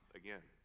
again